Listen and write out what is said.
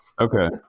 Okay